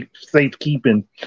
safekeeping